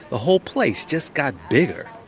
the whole place just got bigger.